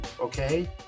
okay